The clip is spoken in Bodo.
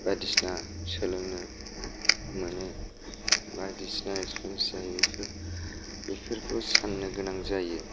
बायदि सिना सोलोंनो मोनो बायदि सिना एक्सपेरियेन्स जायो बेफोरखौ साननो गोनां जायो